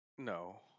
No